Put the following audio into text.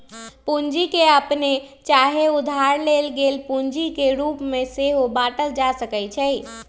पूंजी के अप्पने चाहे उधार लेल गेल पूंजी के रूप में सेहो बाटल जा सकइ छइ